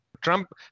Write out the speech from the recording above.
Trump